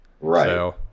Right